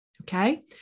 okay